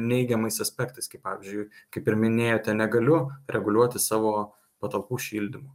neigiamais aspektais kaip pavyzdžiui kaip ir minėjote negaliu reguliuoti savo patalpų šildymo